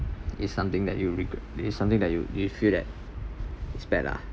is something that you regret is something that you you feel that it's bad lah